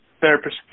therapist